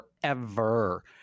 forever